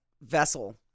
vessel